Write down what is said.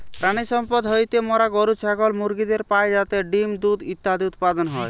প্রাণিসম্পদ হইতে মোরা গরু, ছাগল, মুরগিদের পাই যাতে ডিম্, দুধ ইত্যাদি উৎপাদন হয়